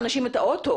אנשים פה מדברים